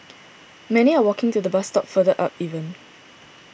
many are walking to the bus stop further up even